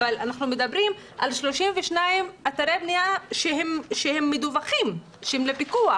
אבל אנחנו מדברים על 32 אתרי בנייה מדווחים לפיקוח,